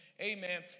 amen